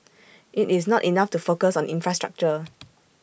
IT is not enough to focus on infrastructure